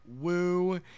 woo